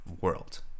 world